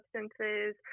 substances